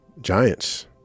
giants